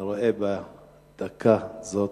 אני רואה בדקה זו,